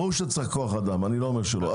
ברור שצריך כוח אדם, אני לא אומר שלא.